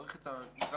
נקרא לה המערכת המשפטית,